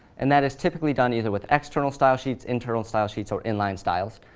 and that is typically done either with external style sheets, internal style sheets, or inline styles.